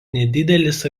nedidelės